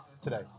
today